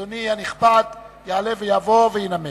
אדוני הנכבד יעלה ויבוא וינמק.